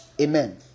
Amen